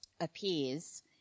appears